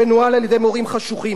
עברתי לבית-ספר חילוני,